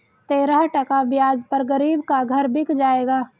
तेरह टका ब्याज पर गरीब का घर बिक जाएगा